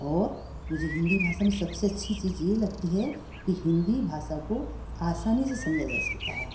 और मुझे हिंदी भाषा में सबसे अच्छी चीज़ ये लगती है कि हिंदी भाषा को आसानी से समझा जा सकता है